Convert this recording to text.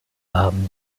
haben